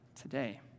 today